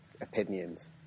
opinions